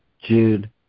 Jude